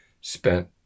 spent